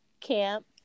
camp